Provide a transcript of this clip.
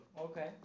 Okay